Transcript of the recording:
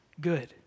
good